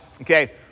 okay